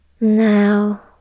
Now